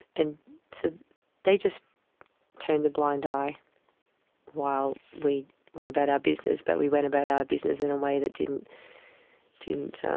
and so they just turned a blind eye while we went about our business, but we went about our business in a way that didn't didn't ah